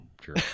Sure